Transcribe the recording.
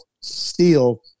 steel